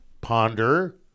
ponder